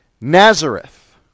Nazareth